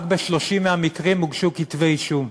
רק ב-30 מהמקרים הוגשו כתבי-אישום.